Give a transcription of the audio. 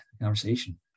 conversation